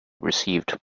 received